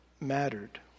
mattered